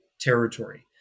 territory